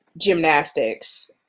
gymnastics